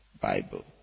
Bible